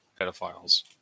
pedophiles